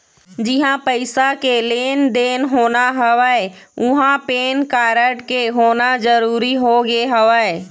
जिहाँ पइसा के लेन देन होना हवय उहाँ पेन कारड के होना जरुरी होगे हवय